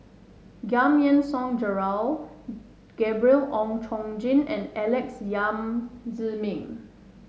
Giam Yean Song Gerald Gabriel Oon Chong Jin and Alex Yam Ziming